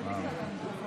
חטף את נשקו,